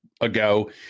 ago